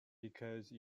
because